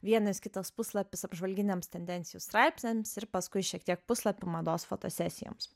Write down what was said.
vienas kitas puslapis apžvalginiams tendencijų straipsniams ir paskui šiek tiek puslapių mados fotosesijoms